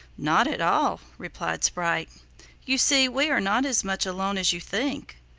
not at all, replied sprite you see, we are not as much alone as you think.